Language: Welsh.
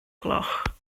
gloch